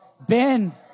Ben